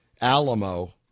Alamo